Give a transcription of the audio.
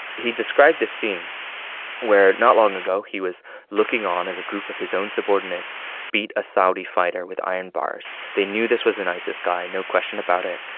he described this scene where, not long ago, he was looking on as a group of his own subordinates beat a saudi fighter with iron bars. they knew this was an isis guy, no question about it.